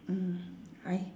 mm I